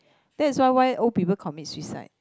that's why why old people commit suicide